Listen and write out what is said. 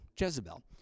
Jezebel